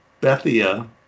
Bethia